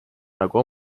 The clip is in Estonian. nagu